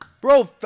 Bro